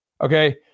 Okay